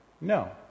No